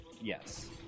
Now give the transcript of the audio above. Yes